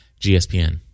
gspn